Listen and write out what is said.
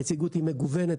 הנציגות היא מגוונת,